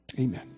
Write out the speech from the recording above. amen